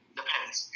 depends